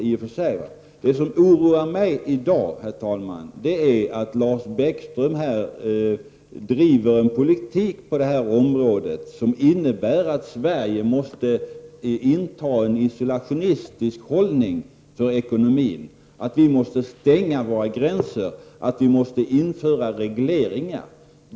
Det som i dag oroar mig, herr talman, är att Lars Bäckström driver en politik på detta område som innebär att vi i Sverige måste inta en isolationistisk hållning när det gäller ekonomin, att vi måste stänga våra gränser och att vi måste införa regleringar.